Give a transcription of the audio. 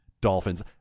Dolphins